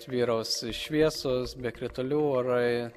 tvyros šviesūs be kritulių orai